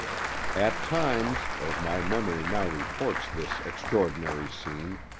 at times, as my memory now reports this extraordinary scene,